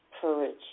courage